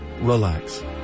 relax